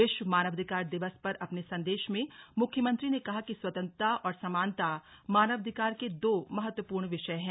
विश्व मानवाधिकार दिवस पर अपने संदेश में मुख्यमंत्री ने कहा कि स्वतंत्रता और समानता मानवाधिकार के दो महत्वपूर्ण विषय है